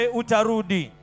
utarudi